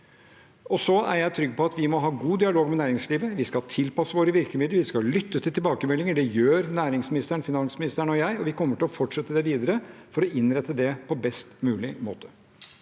dag. Jeg er trygg på at vi må ha god dialog med næringslivet. Vi skal tilpasse våre virkemidler. Vi skal lytte til tilbakemeldinger. Det gjør næringsministeren, finansministeren og jeg. Vi kommer til å fortsette med det for å innrette det på best mulig måte.